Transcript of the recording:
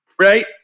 Right